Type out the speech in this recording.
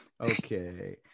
Okay